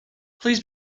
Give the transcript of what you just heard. please